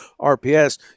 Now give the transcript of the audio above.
RPS